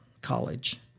College